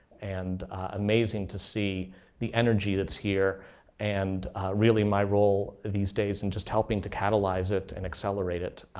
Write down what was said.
and amazing to see the energy that's here and really my role these days in just helping to catalyze it and accelerate it.